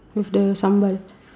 with the sambal